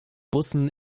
bussen